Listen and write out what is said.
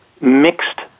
mixed